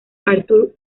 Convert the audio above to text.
arthur